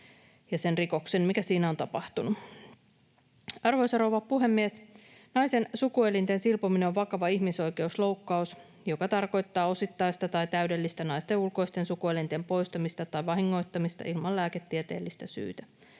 ja sen rikoksen, mikä siinä on tapahtunut. Arvoisa rouva puhemies! Naisten sukuelinten silpominen on vakava ihmisoikeusloukkaus, joka tarkoittaa osittaista tai täydellistä naisten ulkoisten sukuelinten poistamista tai vahingoittamista ilman lääketieteellistä syytä.